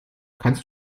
kannst